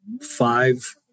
five